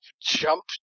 jump